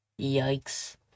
Yikes